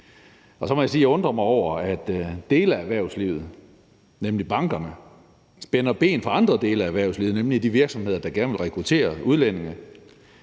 Og så må jeg sige, at jeg undrer mig over, at dele af erhvervslivet, nemlig bankerne, spænder ben for andre dele af erhvervslivet, nemlig de virksomheder, der gerne vil rekruttere udlændinge.